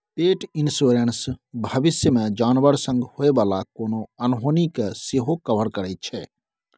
पेट इन्स्योरेन्स भबिस मे जानबर संग होइ बला कोनो अनहोनी केँ सेहो कवर करै छै